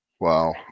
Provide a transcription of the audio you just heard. wow